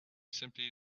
simply